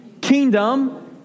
kingdom